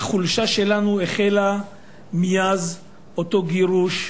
החולשה שלנו החלה מאז אותו גירוש,